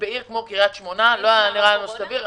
בעיר כמו קריית שמונה, לא היה נראה לנו סביר.